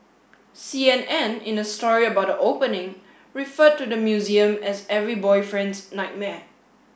C N N in a story about the opening referred to the museum as every boyfriend's nightmare